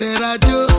radio